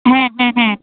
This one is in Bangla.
হ্যাঁ হ্যাঁ হ্যাঁ